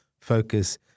focus